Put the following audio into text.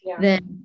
then-